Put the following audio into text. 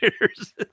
years